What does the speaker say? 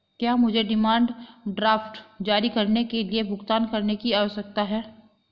क्या मुझे demand draft जारी करने के लिए भुगतान करने की आवश्यकता है?